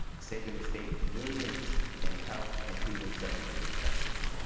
saving the state millions in health and human services expenses.